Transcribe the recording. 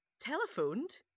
telephoned